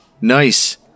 Nice